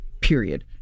period